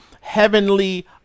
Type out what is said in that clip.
heavenly